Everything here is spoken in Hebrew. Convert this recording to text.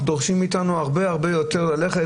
דורשים מאיתנו הרבה הרבה יותר ללכת,